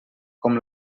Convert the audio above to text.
com